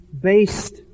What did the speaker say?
based